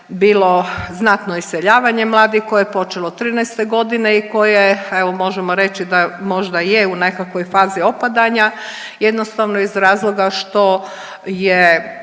bilo znatno iseljavanje mladih koje je počelo od trinaeste godine i koje evo možemo reći da možda i je u nekakvoj fazi opadanja jednostavno iz razloga što je